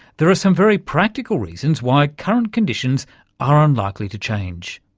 there are some very practical reasons why current conditions are unlikely to change.